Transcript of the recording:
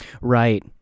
Right